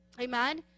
Amen